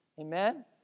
Amen